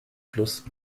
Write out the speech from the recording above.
plus